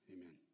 Amen